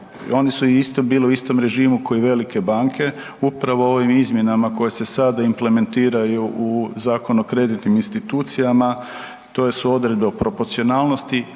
Oni su isto bili u istom režimu ko i velike banke, upravo ovim izmjenama koje se sada implementiraju u Zakonu o kreditnim institucijama, to su odredbe o proporcionalnosti,